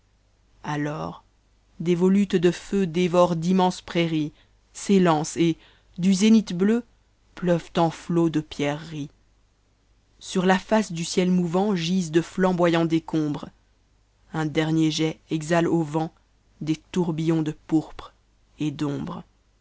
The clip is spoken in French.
alors des volutes de feu dévorent d'immenses prairies s'élancent et du zénith bleu pleuvent en flots de pierreries sur la face du ciel mouvant gisent de flamboyants décombres un dernier jet exhaie au vent des tourbillons de pourpre et d'ombres